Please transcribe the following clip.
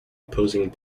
opposing